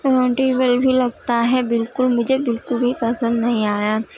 comfortable بھی لگتا ہے بالکل مجھے بالکل بھی پسند نہیں آیا